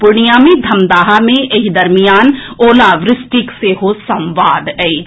पूर्णियां मे धमदाहा मे एहि दरमियान ओलावृष्टिक सेहो संवाद अछि